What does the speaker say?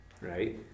Right